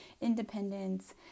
independence